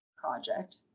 project